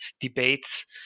debates